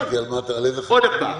לא הבנתי --- עוד פעם.